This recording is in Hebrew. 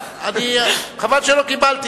חבל שלא קיבלתי.